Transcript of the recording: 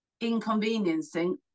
inconveniencing